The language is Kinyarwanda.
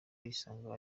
yisanga